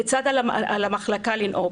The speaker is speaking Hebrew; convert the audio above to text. כיצד על המחלקה לנהוג.